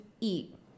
eat